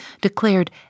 declared